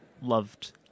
loved